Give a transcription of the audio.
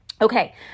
Okay